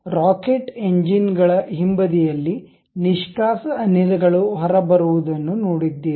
ನೀವು ರಾಕೆಟ್ ಎಂಜಿನ್ಗಳ ಹಿಂಬದಿಯಲ್ಲಿ ನಿಷ್ಕಾಸ ಅನಿಲಗಳು ಹೊರಬರುವದನ್ನು ನೋಡಿದ್ದೀರಿ